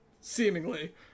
seemingly